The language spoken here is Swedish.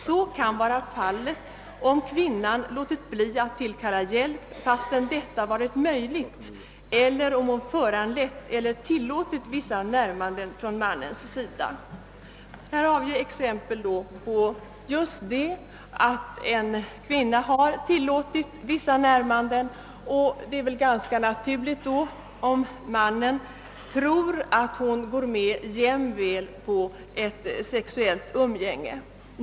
Så kan vara fallet om kvinnan låtit bli att tillkalla hjälp, fastän detta varit möjligt, eller om hon föranlett eller tillåtit vissa närmanden från mannens sida.» Där har vi alltså exemplet att en kvinna har tillåtit vissa närmanden, och det är väl ganska naturligt, om mannen då tror att hon går med jämväl på ett sexuellt umgänge.